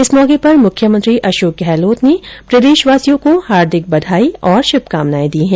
इस मौके पर मुख्यमंत्री अशोक गहलोत ने प्रदेशवासियों को हार्दिक बधाई और शुभकामनाएं दी है